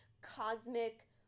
cosmic